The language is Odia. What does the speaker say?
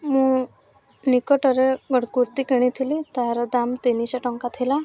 ମୁଁ ନିକଟରେ ଗୋଟେ କୁର୍ତ୍ତି କିଣିଥିଲି ତାର ଦାମ୍ ତିନିଶହ ଟଙ୍କା ଥିଲା